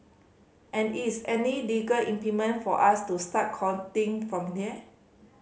and is any legal impediment for us to start counting from